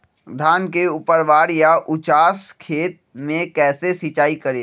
धान के ऊपरवार या उचास खेत मे कैसे सिंचाई करें?